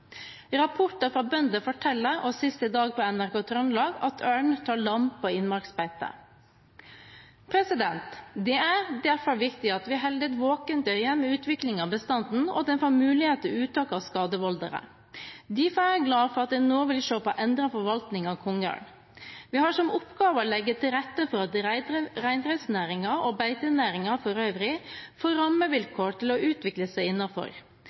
Rapporter fra bønder forteller, og sist i dag i NRK Trøndelag, at ørn tar lam på innmarksbeite. Det er derfor viktig at vi holder et våkent øye med utviklingen av bestanden, og at en får mulighet til uttak av skadevoldere. Derfor er jeg glad for at en nå vil se på endret forvaltning av kongeørn. Vi har som oppgave å legge til rette for at reindriftsnæringen og beitenæringen for øvrig får rammevilkår å utvikle seg